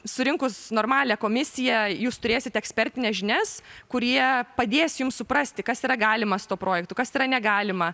surinkus normalią komisiją jūs turėsit ekspertines žinias kurie padės jums suprasti kas yra galima su tuo projektu kas yra negalima